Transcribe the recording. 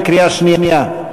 בקריאה שנייה.